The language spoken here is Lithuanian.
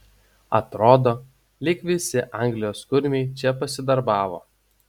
atrodo lyg visi anglijos kurmiai čia pasidarbavo